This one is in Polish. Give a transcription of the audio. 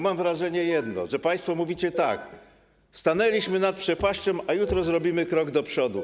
Mam wrażenie, że państwo mówicie tak: stanęliśmy nad przepaścią, a jutro zrobimy krok do przodu.